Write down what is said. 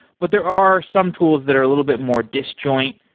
but there are some tools that are a little bit more disjoint,